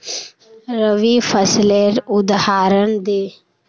रवि फसलेर उदहारण दे?